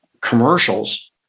commercials